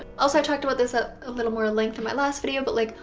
also i talked about this at a little more length in my last video but like,